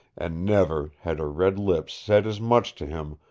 and never had her red lips said as much to him,